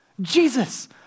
Jesus